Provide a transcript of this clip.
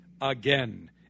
again